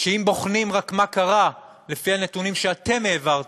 שאם בוחנים רק מה קרה לפי הנתונים שאתם העברתם,